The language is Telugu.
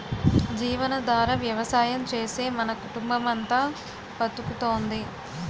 జీవనాధార వ్యవసాయం చేసే మన కుటుంబమంతా బతుకుతోంది